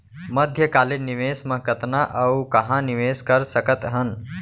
मध्यकालीन निवेश म कतना अऊ कहाँ निवेश कर सकत हन?